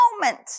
moment